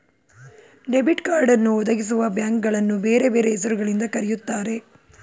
debit ಕಾರ್ಡನ್ನು ಒದಗಿಸುವಬ್ಯಾಂಕ್ಗಳನ್ನು ಬೇರೆ ಬೇರೆ ಹೆಸರು ಗಳಿಂದ ಕರೆಯುತ್ತಾರೆ